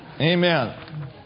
Amen